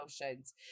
emotions